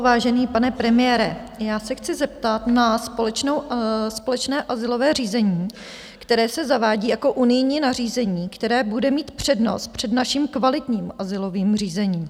Vážený pane premiére, já se chci zeptat na společné azylové řízení, které se zavádí jako unijní nařízení, které bude mít přednost před naším kvalitním azylovým řízením.